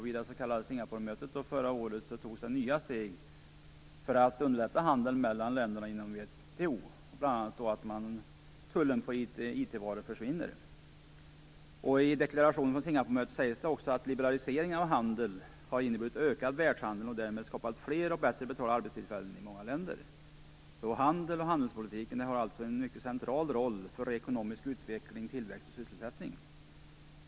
Vid det s.k. Singaporemötet förra året togs nya steg för att underlätta handeln mellan länderna inom WTO, bl.a. Singaporemötet sägs också att liberaliseringen av handeln har inneburit ökad världshandel och därmed skapat fler och bättre betalda arbetstillfällen i många länder. Så handeln och handelspolitiken har alltså en mycket central roll för ekonomisk utveckling, tillväxt och sysselsättning.